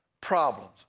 problems